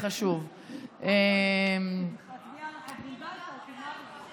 אה, יש לנו להצביע על החוק.